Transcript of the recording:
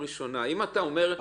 כי זה אומר שיש מודעות,